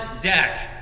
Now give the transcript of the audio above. deck